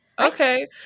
okay